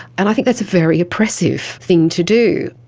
and i think that's a very oppressive thing to do.